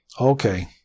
okay